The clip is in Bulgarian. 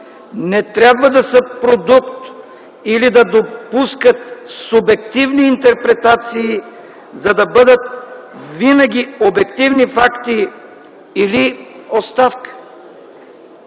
не трябва да са продукт или да допускат субективни интерпретации, за да бъдат винаги обективни факти или оставка.